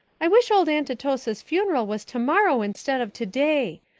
i wish old aunt atossa's funeral was tomorrow instead of today.